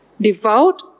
devout